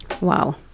Wow